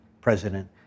president